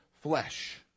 flesh